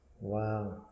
Wow